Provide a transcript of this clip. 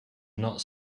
not